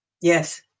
Yes